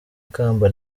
ikamba